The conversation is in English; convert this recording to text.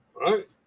right